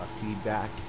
feedback